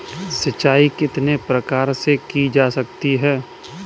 सिंचाई कितने प्रकार से की जा सकती है?